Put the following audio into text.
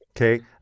Okay